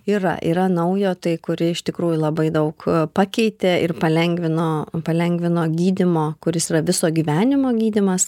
yra yra naujo tai kuri iš tikrųjų labai daug pakeitė ir palengvino palengvino gydymo kuris yra viso gyvenimo gydymas